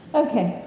ok.